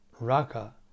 Raka